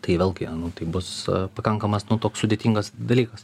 tai vėlgi nu tai bus pakankamas nu toks sudėtingas dalykas